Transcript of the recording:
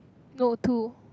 no two